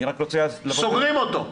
סוגרים אותו.